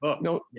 No